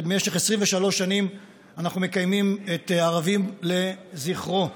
במשך 23 שנים אנחנו מקיימים ערבים לזכרו.